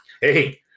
hey